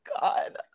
God